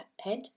head